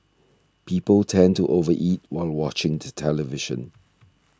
people tend to over eat while watching the television